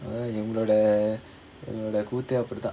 well எங்களோட எங்களோட கூத்தே அப்படிதா:engaloda engaloda koothae appadithaa